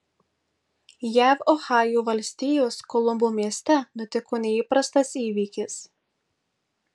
jav ohajo valstijos kolumbo mieste nutiko neįprastas įvykis